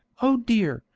oh dear,